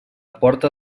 porta